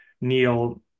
Neil